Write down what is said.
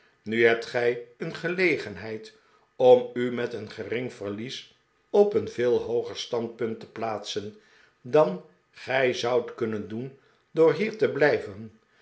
nu hebt gij een gelegenheid om u met een gering verlies op een veel hooger standpunt te plaatsen dan gij zoudt kunnen doen door hier e blijven